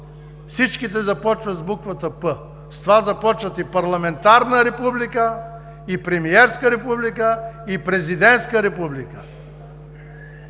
всички започват с буквата „п“. С това започват и „парламентарна република“, и „премиерска република“, и „президентска република“.